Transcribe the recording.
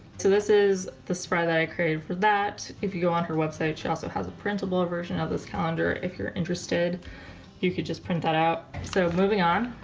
this is the spread that i created for that if you go on her website she also has a printable ah version of this calendar if you're interested you could just print that out so moving on,